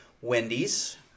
Wendy's